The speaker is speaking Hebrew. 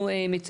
אנחנו,